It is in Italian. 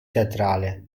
teatrale